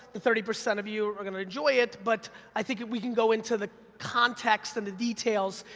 the thirty percent of you are gonna enjoy it, but i think if we can go into the context and the details,